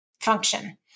function